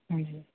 ਹਾਂਜੀ